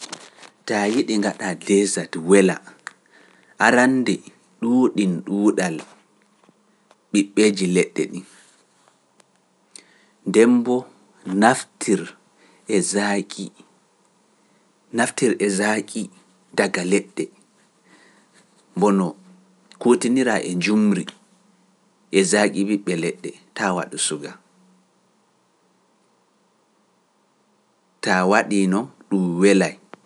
Taa yeeɗi ngaɗa deesat wela arannde ɗuuɗi ɗuuɗal ɓiɓɓeeji leɗɗe ni. Dembo naftir e zaaki daga leɗɗe, mbono kuutinira e njumri e zaaki ɓiɓɓe leɗɗe, taa waɗɗo suga, taa waɗiino ɗum welaay.